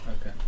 Okay